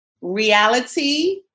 reality